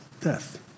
death